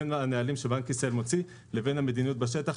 בין הנהלים שבנק ישראל מוציא לבין המדיניות בשטח.